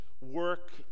work